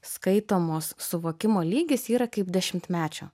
skaitomos suvokimo lygis yra kaip dešimtmečio